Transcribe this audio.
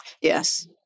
Yes